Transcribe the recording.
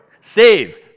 save